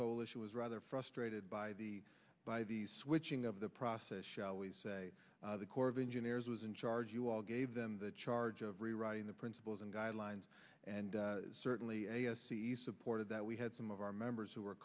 coalition was rather frustrated by the by the switching of the process shall we say the corps of engineers was in charge you all gave them the charge of rewriting the principles and guidelines and certainly a s c supported that we had some of our members who are